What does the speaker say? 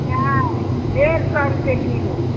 नहि डेढ़ सए रुपे किलो